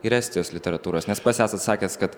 ir estijos literatūros nes pats esat sakęs kad